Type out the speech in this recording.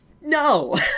no